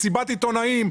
מסיבת עיתונאים,